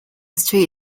street